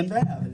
אין בעיה.